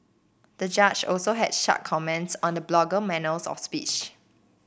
the judge also had sharp comments on the blogger's manner of speech